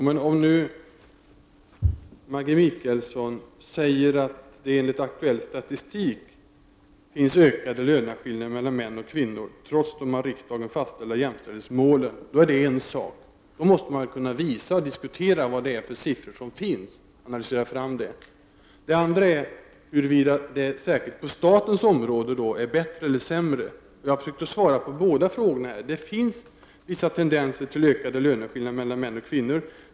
Herr talman! Om Maggi Mikaelsson säger att löneskillnaderna mellan män och kvinnor enligt aktuell statistik har ökat trots de av riksdagen fastställda jämställdhetsmålen är det en sak. Då måste man kunna visa och diskutera vilka siffror som finns och analysera dem. En annan sak är huruvida situationen på statens område är bättre eller sämre. Jag har försökt att svara på båda frågorna. Det finns vissa tendenser till ökade löneskillnader mellan män och kvinnor.